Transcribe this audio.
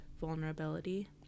vulnerability